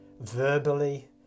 verbally